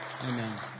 Amen